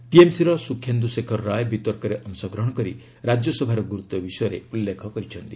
ଟିଏମ୍ସିର ସୁଖେନ୍ଦୁ ଶେଖର ରାୟ ବିତର୍କରେ ଅଂଶଗ୍ରହଣ କରି ରାଜ୍ୟସଭାର ଗୁରୁତ୍ୱ ବିଷୟରେ ଉଲ୍ଲେଖ କରିଛନ୍ତି